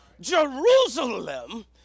Jerusalem